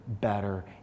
better